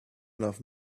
enough